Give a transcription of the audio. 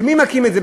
ומי מקים את זה?